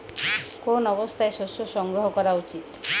কোন অবস্থায় শস্য সংগ্রহ করা উচিৎ?